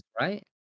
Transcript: right